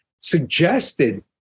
suggested